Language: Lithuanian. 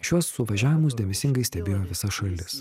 šiuos suvažiavimus dėmesingai stebėjo visa šalis